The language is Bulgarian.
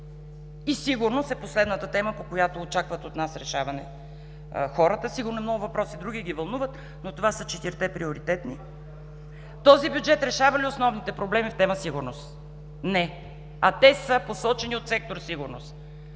„Сигурност“ е последната тема, по която хората очакват от нас решаване. Сигурно и много други въпроси ги вълнуват, но това са четирите приоритетни. Този бюджет решава ли основните проблеми в тема „Сигурност“? Не! Те са посочени от сектор „Сигурност“.